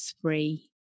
three